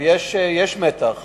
יש מתח.